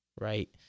right